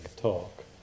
talk